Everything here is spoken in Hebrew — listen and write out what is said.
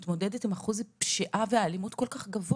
החברה הערבית כיום מתמודדת עם אחוז פשיעה ואלימות כל כך גבוה,